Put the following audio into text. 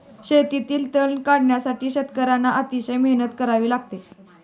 शेतातील तण काढण्यासाठी शेतकर्यांना अतिशय मेहनत करावी लागते